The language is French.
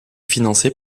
financée